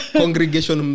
congregation